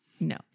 No